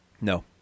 No